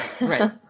Right